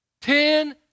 ten